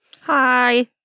Hi